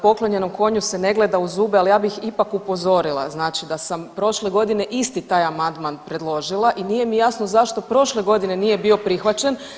Poklonjenom konju se ne gleda u zube, ali ja bih ipak upozorila, znači da sam prošle godine isti taj amandman predložila i nije mi jasno zašto prošle godine nije bio prihvaćen.